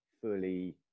fully